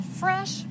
fresh